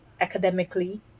academically